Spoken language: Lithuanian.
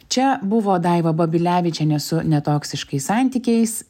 čia buvo daiva babilevičienė su netoksiškais santykiais